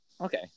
Okay